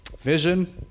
vision